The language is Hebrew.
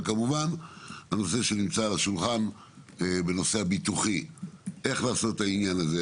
וכמובן השאלה הביטוחית ואיך לעשות את העניין הזה